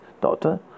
doctor